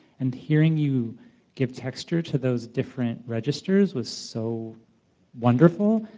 and hearing you give texture to those different registers was so wonderful.